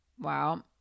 Wow